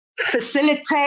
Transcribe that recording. facilitate